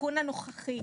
התיקון הנוכחי